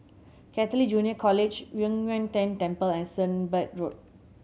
Catholic Junior College Yu Huang Tian Temple and Sunbird Road